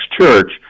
Church